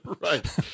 Right